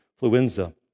influenza